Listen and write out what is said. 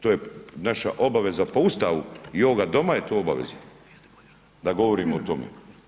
To je naša obaveza po Ustavi i ovoga doma je to obaveza da govorimo o tome.